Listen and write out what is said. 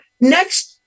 next